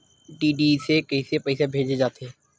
DD से कइसे पईसा भेजे जाथे?